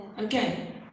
Okay